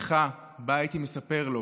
ישראל.